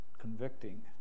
convicting